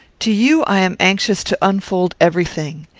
to you i am anxious to unfold every thing.